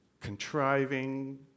contriving